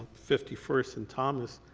fifty first and thomas,